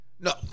No